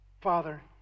Father